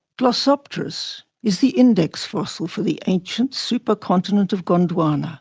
glossopteris is the index fossil for the ancient supercontinent of gondwana,